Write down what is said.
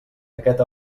aquest